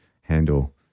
handle